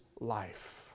life